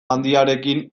handiarekin